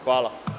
Hvala.